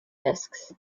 disks